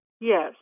Yes